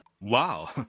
Wow